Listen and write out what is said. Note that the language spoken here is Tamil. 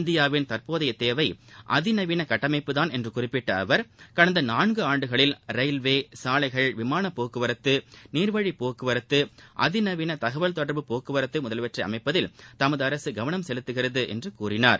இந்தியாவின் தற்போதைய தேவை அதிநவீன கட்டமைப்புதான் என்று குறிப்பிட்ட அவர் கடந்த நான்கு ஆண்டுகளில் ரயில்வே சாலைகள் விமான போக்குவரத்து நீர்வழிப் போக்குவரத்து அதிநவீன தகவல் தொடர்பு போக்குவரத்து முதலியவற்றை அமைப்பதில் தமது அரசு கவனம் செலுத்துகிறது என்று கூறினார்